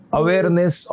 awareness